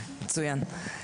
מצוין.